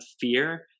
fear